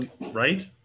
right